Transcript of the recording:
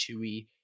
chewy